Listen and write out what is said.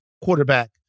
quarterback